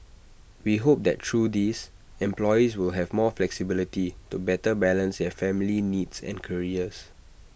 we hope that through these employees will have more flexibility to better balance their family needs and careers